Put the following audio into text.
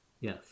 Yes